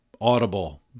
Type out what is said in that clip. Audible